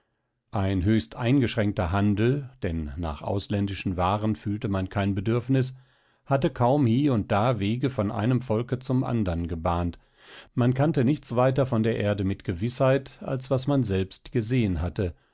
ein höchst eingeschränkter handel denn nach ausländischen waren fühlte man kein bedürfnis hatte kaum hie und da wege von einem volke zum andern gebahnt man kannte nichts weiter von der erde mit gewißheit als was man selbst gesehen hatte